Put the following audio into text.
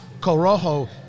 Corojo